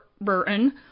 Burton